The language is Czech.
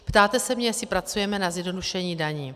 Ptáte se mě, jestli pracujeme na zjednodušení daní.